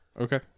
Okay